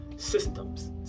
Systems